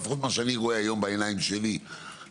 לפחות ממה שאני רואה היום בעיניים שלי בז'בוטינסקי.